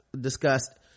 discussed